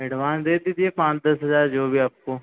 advance दे दीजिए पाँच दस हज़ार जो भी आपको